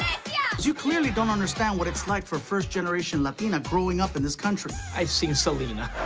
yeah you clearly don't understand what it's like for first-generation latina growing up in this country. i've seen selena.